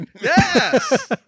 Yes